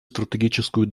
стратегическую